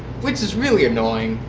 which is really annoying.